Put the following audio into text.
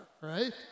right